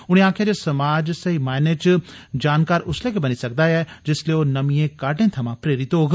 उनें आक्खेआ जे समाज सेही मैने जानकार उसलै गै बनी सकदा ऐ जिसलै ओ नमिए काड्डें थमां प्रेरित होग